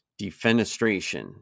Defenestration